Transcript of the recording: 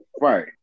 right